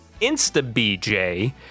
InstaBJ